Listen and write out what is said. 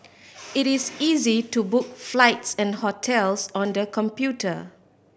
it is easy to book flights and hotels on the computer